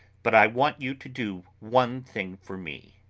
but i want you to do one thing for me,